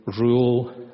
rule